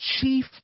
chief